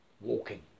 walking